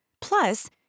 Plus